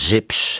Zips